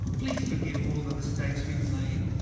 please forgive all the mistakes we've made,